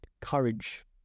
courage